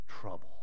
trouble